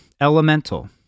elemental